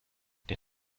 der